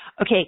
Okay